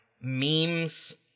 memes